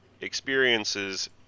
experiences